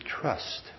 trust